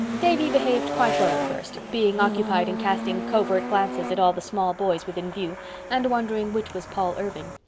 davy behaved quite well at first, being occupied in casting covert glances at all the small boys within view and wondering which was paul irving.